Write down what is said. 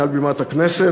מעל בימת הכנסת,